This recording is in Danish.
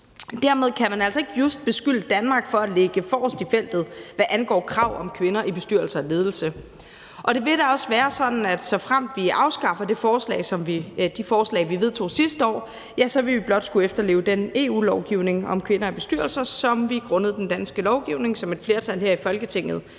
Dermed kan man altså ikke just beskylde Danmark for at ligge forrest i feltet, hvad angår krav om kvinder i bestyrelser og ledelse. Og det vil da også være sådan, at såfremt vi afskaffer de forslag, vi vedtog sidste år, vil vi blot skulle efterleve den EU-lovgivning om kvinder i bestyrelser, som vi grundet den danske lovgivning, som et flertal her i Folketinget